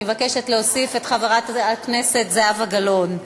אני מבקשת להוסיף את חברת הכנסת זהבה גלאון.